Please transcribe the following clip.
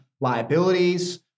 liabilities